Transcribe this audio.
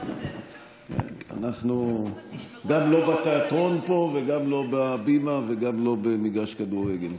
אנחנו גם לא בתיאטרון פה וגם לא בבימה וגם לא במגרש כדורגל,